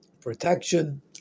protection